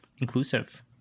inclusive